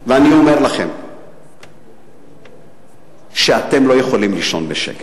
אני אומר לכם שאתם לא יכולים לישון בשקט.